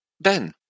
Ben